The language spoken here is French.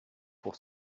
pour